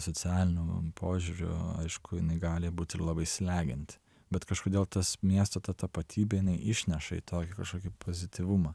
socialiniu požiūriu aišku jinai gali būt ir labai slegianti bet kažkodėl tas miesto ta tapatybė jinai išneša į tokį kažkokį pozityvumą